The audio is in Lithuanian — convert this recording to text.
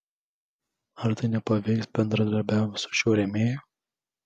ar tai nepaveiks bendradarbiavimo su šiuo rėmėju